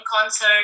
concert